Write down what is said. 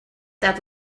that